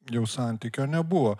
jau santykio nebuvo